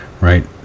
right